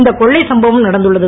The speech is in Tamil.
இந்த கொள்ளை சம்பவரம் நடந்துள்ளது